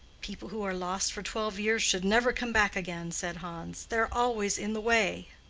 people who are lost for twelve years should never come back again, said hans. they are always in the way.